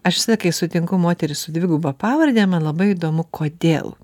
aš visada kai sutinku moterį su dviguba pavarde man labai įdomu kodėl